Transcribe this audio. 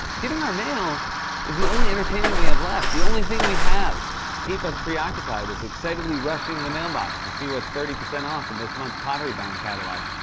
getting our mail is the only entertainment we have left. the only thing we have to keep us preoccupied is excitedly rushing to and the mailbox to see what's thirty percent off in this month's pottery barn catalog.